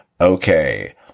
okay